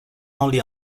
only